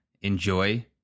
enjoy